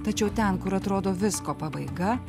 tačiau ten kur atrodo visko pabaiga